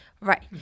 Right